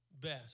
best